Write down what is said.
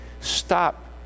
stop